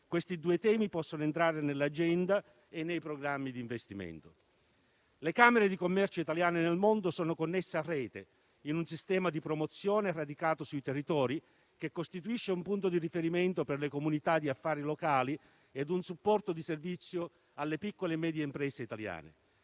questi due temi possano entrare nell'agenda e nei programmi di investimento. Le camere di commercio italiane nel mondo sono connesse a rete, in un sistema di promozione radicato sui territori che costituisce un punto di riferimento per le comunità di affari locali e un supporto di servizio alle piccole e medie imprese italiane.